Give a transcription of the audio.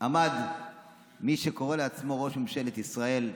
עמד באירוע של הג'רוזלם פוסט מי שקורא לעצמו ראש ממשלת ישראל,